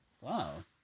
Wow